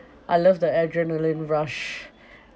I love the adrenaline rush